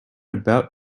about